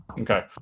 Okay